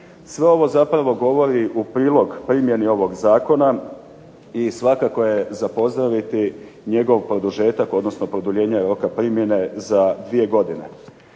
Sve ovo zapravo govori u prilog primjeni ovog zakona i svakako je za pozdraviti njegov produžetak, odnosno produljenje roka primjene za 2 godine.